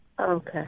Okay